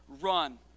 run